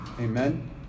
amen